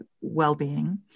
well-being